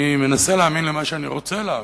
אני מנסה להאמין למה שאני רוצה להאמין,